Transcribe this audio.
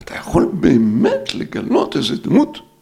אתה יכול באמת לגנות איזה דמות?